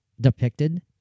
depicted